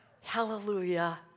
hallelujah